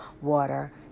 water